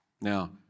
Now